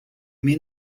mean